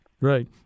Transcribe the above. Right